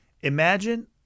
Imagine